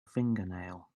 fingernail